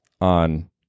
on